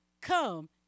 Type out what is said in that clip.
come